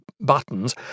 buttons